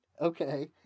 Okay